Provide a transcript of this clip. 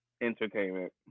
Entertainment